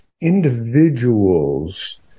individuals